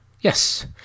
Yes